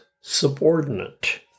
subordinate